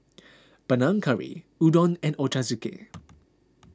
Panang Curry Udon and Ochazuke